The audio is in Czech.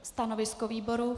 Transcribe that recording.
Stanovisko výboru?